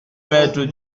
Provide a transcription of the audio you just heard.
mètre